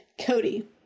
cody